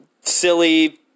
silly